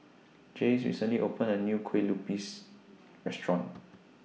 Jace recently opened A New Kue Lupis Restaurant